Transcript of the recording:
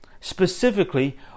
Specifically